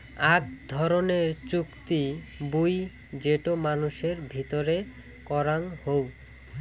আক ধরণের চুক্তি বুই যেটো মানুষের ভিতরে করাং হউ